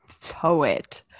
poet